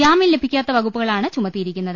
ജാമ്യം ലഭിക്കാത്ത വകുപ്പുകൾ ആണ് ചുമത്തിയിരിക്കുന്നത്